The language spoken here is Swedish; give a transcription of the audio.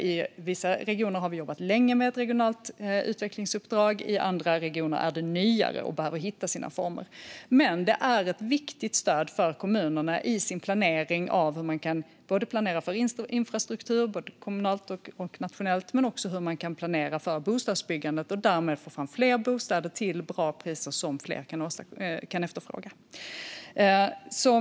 I vissa regioner har vi jobbat länge med ett regionalt utvecklingsuppdrag, i andra regioner är det nyare och behöver hitta sina former. Det är ett viktigt stöd för kommunerna i deras planering både när det gäller infrastruktur kommunalt och nationellt och när det gäller bostadsbyggande, så att man kan få fram fler bostäder till bra priser som fler kan efterfråga.